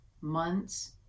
months